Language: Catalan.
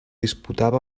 disputava